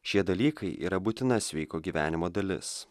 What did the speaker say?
šie dalykai yra būtina sveiko gyvenimo dalis